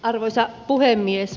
arvoisa puhemies